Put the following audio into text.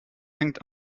hängt